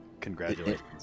congratulations